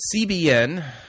CBN